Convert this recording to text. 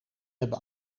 hebben